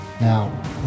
Now